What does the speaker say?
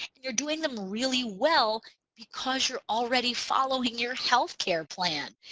and you're doing them really well because you're already following your health care plan.